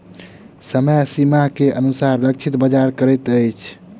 समय सीमा के अनुसार लक्षित बाजार करैत अछि